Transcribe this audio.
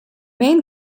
main